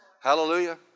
Hallelujah